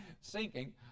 sinking